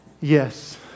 yes